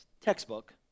textbook